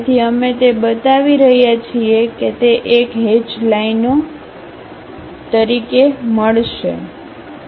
તેથી અમે તે બતાવી રહ્યા છીએ તે એક હેચગ લાઇનો તરીકે મળશે